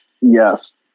Yes